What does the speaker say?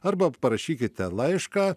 arba parašykite laišką